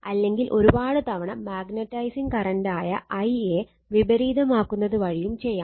അല്ലെങ്കിൽ ഒരുപാട് തവണ മാഗ്നെറ്റിസിങ് കറന്റ് ആയ I യെ വിപരീതമാക്കുന്നത് വഴിയും ചെയ്യാം